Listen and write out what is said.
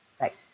Right